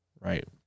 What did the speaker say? right